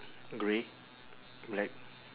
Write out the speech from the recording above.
grey black